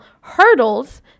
hurdles